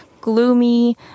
gloomy